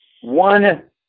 One